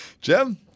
Jim